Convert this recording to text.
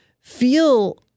feel